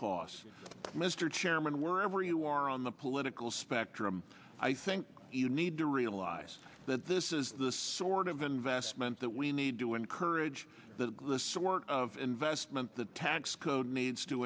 costs mr chairman wherever you are on the political spectrum i think you need to realize that this is the sort of investment that we need to encourage that the sort of investment the tax code